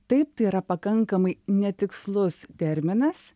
taip tai yra pakankamai netikslus terminas